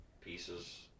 pieces